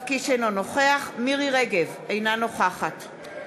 אינו נוכח מירי רגב, אינה נוכחת ירדנה,